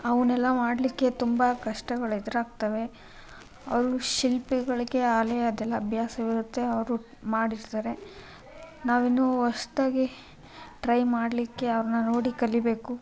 ಅವನ್ನೆಲ್ಲ ಮಾಡ್ಲಿಕ್ಕೆ ತುಂಬ ಕಷ್ಟಗಳು ಎದುರಾಗ್ತವೆ ಅವರು ಶಿಲ್ಪಿಗಳಿಗೆ ಆಗಲೇ ಅದೆಲ್ಲ ಅಭ್ಯಾಸ ಇರುತ್ತೆ ಅವರು ಮಾಡಿರ್ತಾರೆ ನಾವಿನ್ನೂ ಹೊಸದಾಗಿ ಟ್ರೈ ಮಾಡಲಿಕ್ಕೆ ಅವರನ್ನು ನೋಡಿ ಕಲೀಬೇಕು